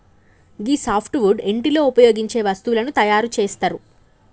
గీ soft wood ఇంటిలో ఉపయోగించే వస్తువులను తయారు చేస్తరు